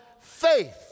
faith